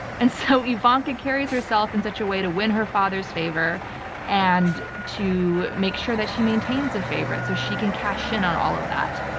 and so ivanka carries herself in such a way to win her father's favor and to make sure that she maintains the favorite so she cash in on all of that.